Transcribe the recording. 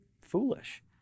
foolish